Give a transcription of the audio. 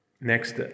Next